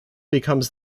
becomes